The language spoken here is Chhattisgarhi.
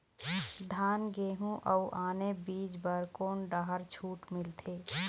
धान गेहूं अऊ आने बीज बर कोन डहर छूट मिलथे?